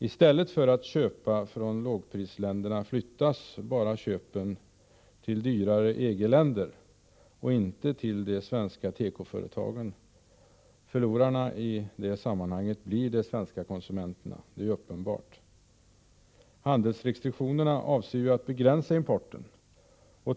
I stället för att köpa från lågprisländerna flyttar man bara köpen till dyrare EG-länder och inte till de svenska tekoföretagen. Förlorarna i sammanhanget blir de svenska konsumenterna. Det är uppenbart. Handelsrestriktionerna avser att begränsa importen.